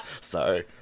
Sorry